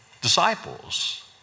disciples